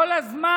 כל הזמן.